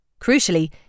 Crucially